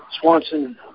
Swanson